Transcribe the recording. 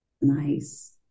nice